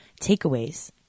takeaways